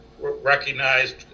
recognized